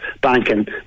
banking